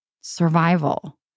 survival